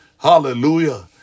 hallelujah